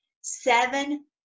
seven